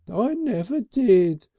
i never did!